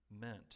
meant